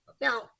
now